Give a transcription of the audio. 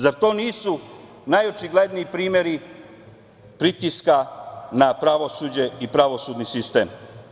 Zar to nisu najočigledniji primeri pritiska na pravosuđe i na pravosudni sistem?